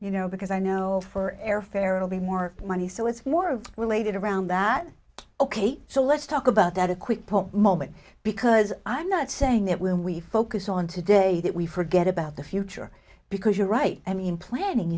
you know because i know for airfare i'll be more money so it's more related around that ok so let's talk about that a quick poll moment because i'm not saying that when we focus on today that we forget about the future because you're right i mean planning